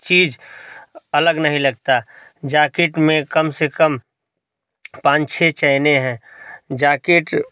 चीज़ अलग नहीं लगता जाकिट में कम से कम पाँच छः चैने हैं जाकिट